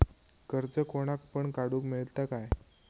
कर्ज कोणाक पण काडूक मेलता काय?